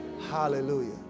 hallelujah